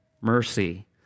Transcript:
mercy